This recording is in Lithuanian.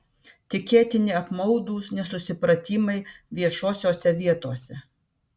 tikėtini apmaudūs nesusipratimai viešosiose vietose